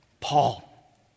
Paul